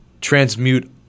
Transmute